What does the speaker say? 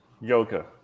yoga